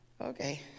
Okay